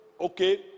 Okay